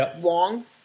long